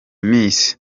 miss